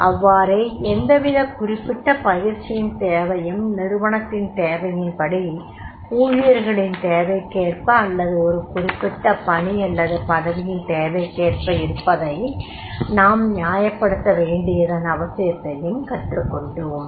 அவ்வாரே எந்தவிதக் குறிப்பிட்ட பயிற்சியின் தேவையும் நிறுவனத்தின் தேவையின்படி ஊழியர்களின் தேவைக்கேற்ப அல்லது ஒரு குறிப்பிட்ட பணி அல்லது பதவியின் தேவைக்கேற்ப இருப்பதை நாம் நியாயப்படுத்த வேண்டியதன் அவசியத்தையும் கற்றுக் கொண்டோம்